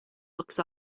looks